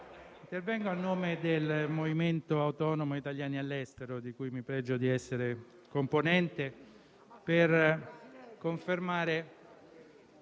intervengo a nome del Movimento Associativo Italiani all'Estero (MAIE), di cui mi pregio di essere componente, per confermare